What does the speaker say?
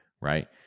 right